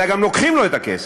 אלא גם לוקחים לו את הכסף.